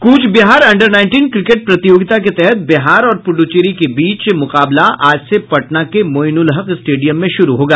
कूच Behar under nineteen cricket प्रतियोगिता के तहत बिहार और पुडुचेरी के बीच मुकाबला आज से पटना के मोईनुलहक स्टेडियम में शुरू होगा